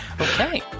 Okay